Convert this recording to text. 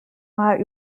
mal